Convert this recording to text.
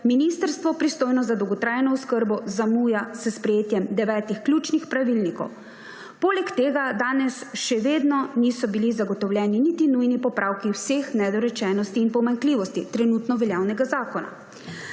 ministrstvo, pristojno za dolgotrajno oskrbo, zamuja s sprejetjem devetih ključnih pravilnikov. Poleg tega danes še vedno niso bili zagotovljeni niti nujni popravki vseh nedorečenosti in pomanjkljivosti trenutno veljavnega zakona.